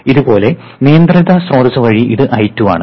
ഇതുപോലുള്ള നിയന്ത്രിത സ്രോതസ്സ് വഴി ഇത് I2 ആണ്